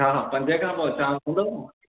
हा पंजे खां पोइ अचांव थो हूंदव न